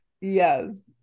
Yes